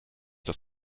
das